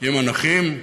עם הנכים,